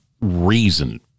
reason